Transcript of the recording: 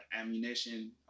ammunition